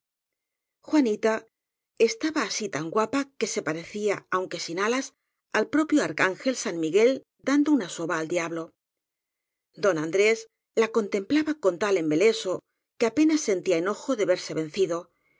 juanita estaba así tan guapa que se parecía aunque sin alas al propio arcángel san miguel dando una soba al diablo don andrés lacontemplabacon tal embeleso que apenas sentía enojo de verse vencido